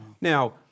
Now